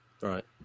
Right